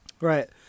Right